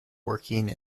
working